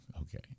okay